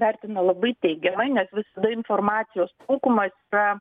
vertina labai teigiamai nes visada informacijos trūkumas yra